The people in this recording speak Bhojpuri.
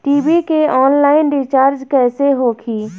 टी.वी के आनलाइन रिचार्ज कैसे होखी?